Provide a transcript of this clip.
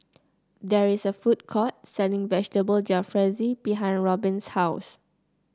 there is a food court selling Vegetable Jalfrezi behind Robyn's house